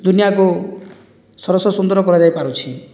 ଦୁନିଆକୁ ସରସ ସୁନ୍ଦର କରାଯାଇପାରୁଛି